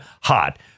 hot